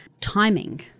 timing